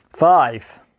five